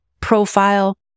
profile